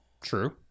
True